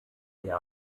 der